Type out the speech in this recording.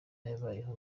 yabayeho